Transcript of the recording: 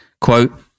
quote